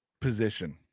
position